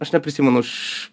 aš neprisimenu už